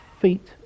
feet